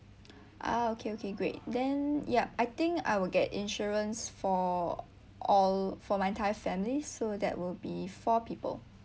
ah okay okay great then ya I think I will get insurance for all for my entire family so that will be four people